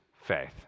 faith